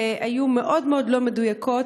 והיו מאוד מאוד לא מדויקות,